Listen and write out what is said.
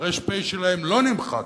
והר"פ שלהם לא נמחק.